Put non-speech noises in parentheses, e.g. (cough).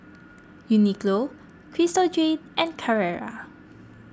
(noise) Uniqlo Crystal Jade and Carrera